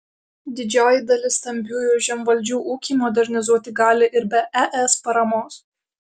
didžioji dalis stambiųjų žemvaldžių ūkį modernizuoti gali ir be es paramos